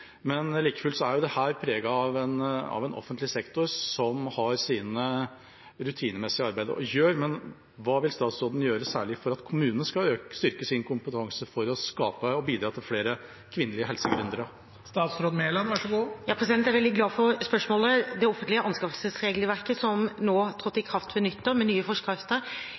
Like fullt er dette preget av en offentlig sektor som har sitt rutinemessige arbeid å gjøre, men hva vil statsråden særlig gjøre for at kommunene skal styrke sin kompetanse – for å skape og bidra til flere kvinnelige helsegründere? Jeg er veldig glad for spørsmålet. Det offentlige anskaffelsesregelverket som trådte i kraft ved nyttår, med nye forskrifter,